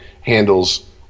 handles